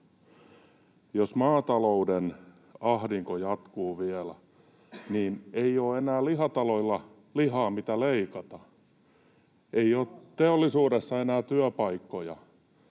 jos maatalouden ahdinko jatkuu vielä, niin ei ole enää lihataloilla lihaa, mitä leikata, ei ole teollisuudessa enää työpaikkoja.